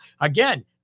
Again